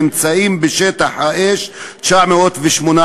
נמצאים בשטח האש 918,